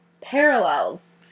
Parallels